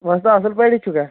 وۄستا اصل پٲٹھی چُھکھا